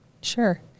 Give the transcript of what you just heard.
Sure